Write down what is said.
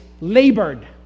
labored